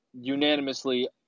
unanimously